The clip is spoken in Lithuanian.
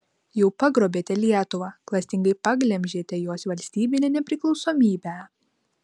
jau pagrobėte lietuvą klastingai paglemžėte jos valstybinę nepriklausomybę